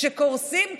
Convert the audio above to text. שקורסים כרגע,